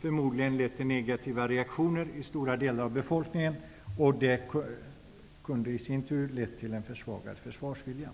förmodligen lett till negativa reaktioner hos stora delar av befolkningen. Det kunde i sin tur ha lett till en försvagad försvarsvilja.